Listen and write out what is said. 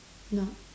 no